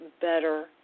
better